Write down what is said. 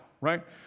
right